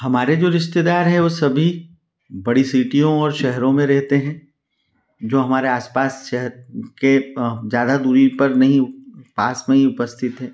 हमारे जो रिश्तेदार हैं वह सभी बड़ी सीटियों और शहरों में रहते हैं जो हमारे आसपास शहर के ज़्यादा दूरी पर नहीं पास में ही उपस्थित हैं